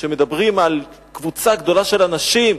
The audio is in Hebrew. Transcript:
שמדברים על קבוצה גדולה של אנשים,